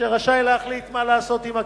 והוא רשאי להחליט מה לעשות עם הכסף.